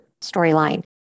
storyline